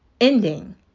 ending